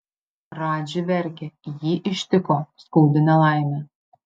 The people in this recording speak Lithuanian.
radži verkia jį ištiko skaudi nelaimė